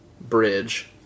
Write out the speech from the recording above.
bridge